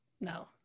no